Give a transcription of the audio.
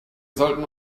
sollten